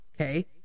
okay